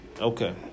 Okay